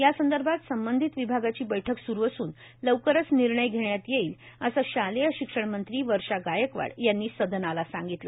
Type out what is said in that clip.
यासंदर्भात संबंधित विभागाची बैठक स्रू असून लवकरच निर्णय घेण्यात येईल असं शालेय शिक्षणमंत्री वर्षा गायकवाड यांनी सदनाला सांगितलं